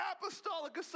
apostolic